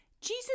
Jesus